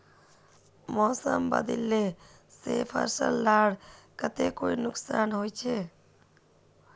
मौसम बदलिले से फसल लार केते कोई नुकसान होचए?